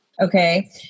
Okay